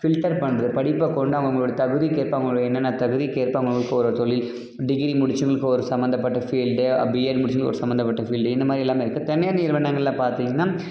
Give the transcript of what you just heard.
filter பண்ணுறது படிப்பை கொண்டு அவங்கவுங்களோடய தகுதிக்கேற்ப அவங்களுக்கு என்னென்ன தகுதிக்கேற்ப அவங்கவுங்களுக்கு ஒரு தொழில் டிகிரி முடிச்சவங்களுக்கு ஒரு சம்பந்தப்பட்ட ஃபீல்டு பிஎட் முடிச்சவங்களுக்கு ஒரு சம்பந்தப்பட்ட ஃபீல்டு இந்த மாதிரி எல்லாமே இருக்குது தனியார் நிறுவனங்களில் பார்த்தீங்கன்னா